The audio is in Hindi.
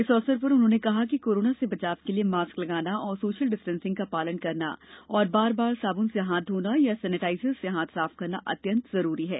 इस अवसर पर उन्होंने कहा कि कोरोना से बचाव के लिये मास्क लगाना और सोशल डिस्टेंसिंग का पालन करना और बार बार साबुन से हाथ घोना या सेनेटाइजर से हाथ साफ करना अत्यंत जरूरी है